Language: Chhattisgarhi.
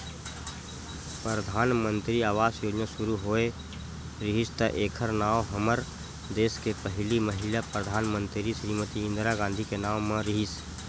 परधानमंतरी आवास योजना सुरू होए रिहिस त एखर नांव हमर देस के पहिली महिला परधानमंतरी श्रीमती इंदिरा गांधी के नांव म रिहिस